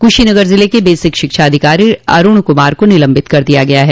कुशीनगर ज़िले के बेसिक शिक्षा अधिकारी अरूण कुमार को निलंबित कर दिया गया है